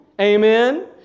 Amen